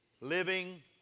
Living